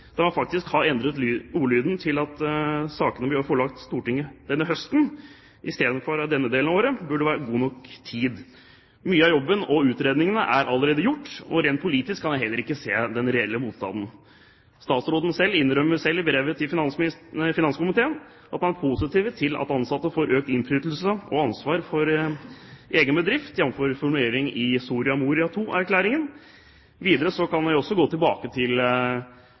der man faktisk har endret ordlyden til at sakene skal bli forelagt Stortinget «høsten 2010» i stedet for denne delen av året, burde det være god nok tid. Mye av jobben og utredningene er allerede gjort, og rent politisk kan jeg heller ikke se den reelle motstanden. Statsråden innrømmer selv i brevet til finanskomiteen at han er «positiv til at ansatte får økt innflytelse og ansvar for egen bedrift, jf. også formuleringen i Soria Moria II-erklæringen». Videre kan vi også gå tilbake til